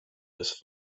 des